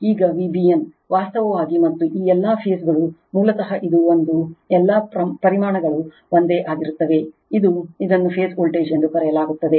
ಈಗ Vbn ವಾಸ್ತವವಾಗಿ ಮತ್ತು ಈ ಎಲ್ಲಾ ಫೇಸ್ ಗಳು ಮೂಲತಃ ಇದು ಒಂದು ಎಲ್ಲಾ ಪರಿಮಾಣಗಳು ಒಂದೇ ಆಗಿರುತ್ತವೆ ಇದು ಇದನ್ನು ಫೇಸ್ ವೋಲ್ಟೇಜ್ ಎಂದು ಕರೆಯಲಾಗುತ್ತದೆ